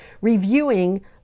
reviewing